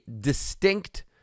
distinct